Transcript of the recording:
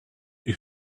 you